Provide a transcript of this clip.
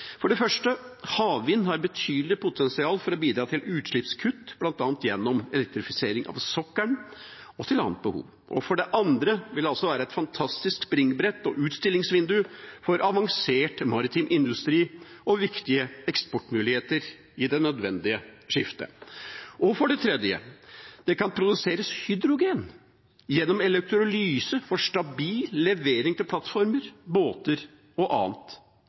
For det første: Havvind har et betydelig potensial for å bidra til utslippskutt – bl.a. gjennom elektrifisering av sokkelen – og til annet behov. For det andre: Det vil være et fantastisk springbrett og et utstillingsvindu for avansert maritim industri og viktige eksportmuligheter i det nødvendige skiftet. Og for det tredje: Det kan produseres hydrogen gjennom elektrolyse for stabil levering til plattformer, båter og annet